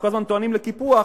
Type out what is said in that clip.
שכל הזמן טוענים לקיפוח,